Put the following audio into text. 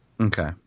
Okay